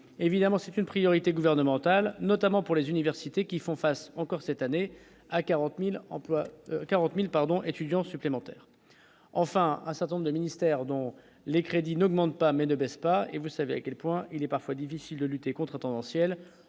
évidemment, c'est une priorité gouvernementale, notamment pour les universités qui font face encore cette année à 40000 emplois 40000 pardon étudiants supplémentaires, enfin un certain nombre de ministères dont les crédits n'augmente pas mais ne baisse pas et vous savez à quel point il est parfois difficile de lutter contre tendanciel